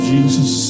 Jesus